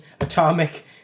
Atomic